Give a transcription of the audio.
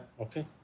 Okay